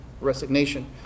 resignation